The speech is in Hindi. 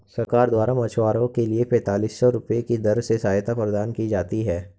सरकार द्वारा मछुआरों के लिए पेंतालिस सौ रुपये की दर से सहायता प्रदान की जाती है